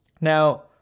now